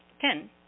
Ten